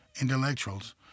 intellectuals